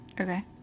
Okay